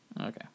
Okay